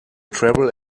travel